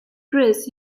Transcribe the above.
chris